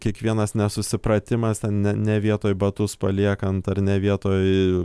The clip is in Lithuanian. kiekvienas nesusipratimas ten ne ne vietoj batus paliekant ar ne vietoj